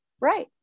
right